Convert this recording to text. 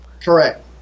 correct